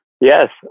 Yes